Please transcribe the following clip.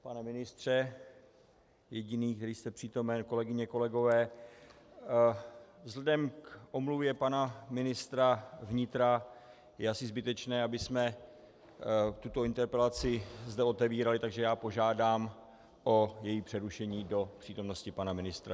Pane ministře , jediný, který jste přítomen, kolegyně, kolegové, vzhledem k omluvě pana ministra vnitra je asi zbytečné, abychom tuto interpelaci zde otevírali, takže požádám o její přerušení do přítomnosti pana ministra.